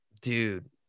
dude